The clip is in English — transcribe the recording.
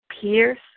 pierce